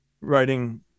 writing